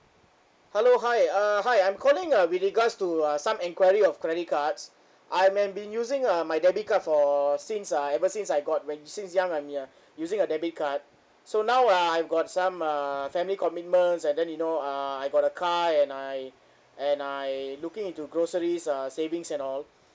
hello hi uh hi I'm calling uh with regards to uh some enquiry of credit cards I may have been using uh my debit card for since uh ever since I got when since young I'm yeah using a debit card so now uh I've got some uh family commitments and then you know uh I got a car and I and I looking into groceries uh savings and all